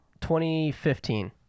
2015